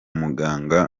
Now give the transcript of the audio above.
muganga